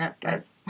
guys